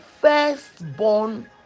firstborn